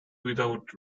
without